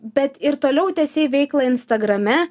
bet ir toliau tęsei veiklą instagrame